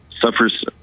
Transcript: suffers